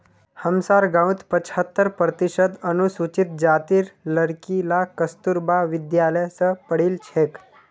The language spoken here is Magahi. हमसार गांउत पछहत्तर प्रतिशत अनुसूचित जातीर लड़कि ला कस्तूरबा विद्यालय स पढ़ील छेक